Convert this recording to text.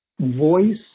voice